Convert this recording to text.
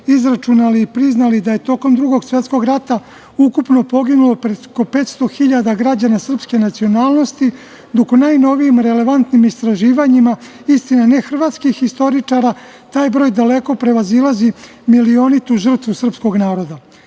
izračunali i priznali da je tokom Drugog svetskog rata ukupno poginulo preko 500.000 građana srpske nacionalnosti, dok u najnovijim relevantnim istraživanjima, istina nehrvatskih istoričara, taj broj daleko prevazilazi milionitu žrtvu srpskog naroda.